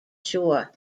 shore